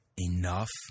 enough